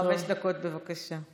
חמש דקות, בבקשה.